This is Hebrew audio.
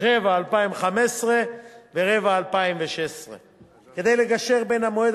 רבע 2015 ורבע 2016. כדי לגשר בין מועד